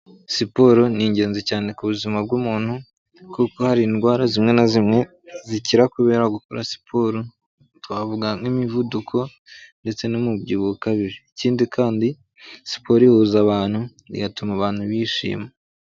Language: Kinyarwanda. Siporo ni ingenzi cyane ku buzima bw'umuntu kuko hari indwara zimwe na zimwe zikira kubera gukora siporo, twavuga nk'imivuduko ndetse n'umubyibuho ukabije. Ikindi kandi siporo ihuza abantu, igatuma abantu bishima.